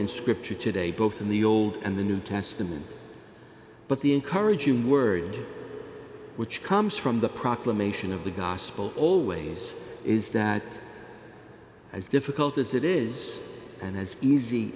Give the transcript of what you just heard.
in scripture today both in the old and the new testament but the encouraging word which comes from the proclamation of the gospel always is that as difficult as it is and as easy